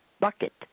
bucket